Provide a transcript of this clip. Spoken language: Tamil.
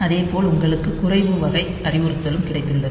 அதேபோல் உங்களுக்கு குறைவு வகை அறிவுறுத்தலும் கிடைத்துள்ளது